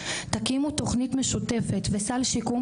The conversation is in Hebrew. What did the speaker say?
תקימו תוכנית משותפת וסל שיקום